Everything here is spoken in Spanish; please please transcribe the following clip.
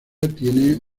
tiene